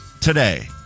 today